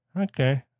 Okay